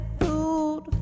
food